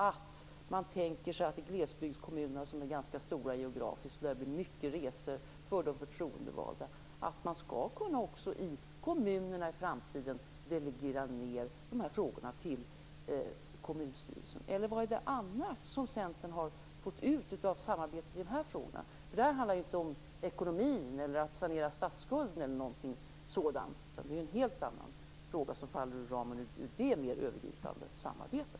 Tänker man sig att de glesbygdskommuner som är ganska stora geografiskt, och där det blir många resor för de förtroendevalda, också i framtiden skall delegera ned dessa frågor till kommunstyrelsen? Eller vad är det annars som Centern har fått ut av samarbetet i de här frågorna? Det här handlar ju inte om ekonomin och att sanera statsskulden eller något sådant. Detta är ju en helt annan fråga som faller ur ramen i det mer övergripande samarbetet.